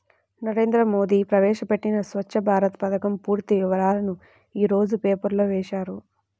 నరేంద్ర మోడీ ప్రవేశపెట్టిన స్వఛ్చ భారత్ పథకం పూర్తి వివరాలను యీ రోజు పేపర్లో వేశారు